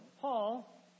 Paul